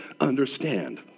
understand